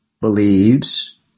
believes